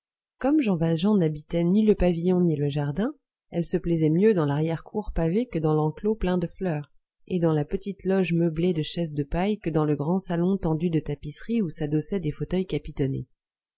comme jean valjean n'habitait ni le pavillon ni le jardin elle se plaisait mieux dans larrière cour pavée que dans l'enclos plein de fleurs et dans la petite loge meublée de chaises de paille que dans le grand salon tendu de tapisseries où s'adossaient des fauteuils capitonnés